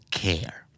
care